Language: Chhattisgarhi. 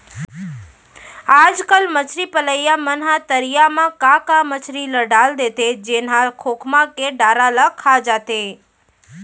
आजकल मछरी पलइया मन ह तरिया म का का मछरी ल डाल देथे जेन ह खोखमा के डारा ल खा जाथे